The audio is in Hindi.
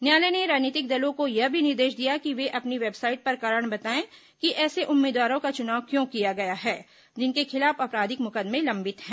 न्यायालय ने राजनीतिक दलों को यह भी निर्देश दिया कि वे अपनी वेबसाइट पर कारण बतायें कि ऐसे उम्मीदवारों का चुनाव क्यों किया गया है जिनके खिलाफ आपराधिक मुकदमे लम्बित हैं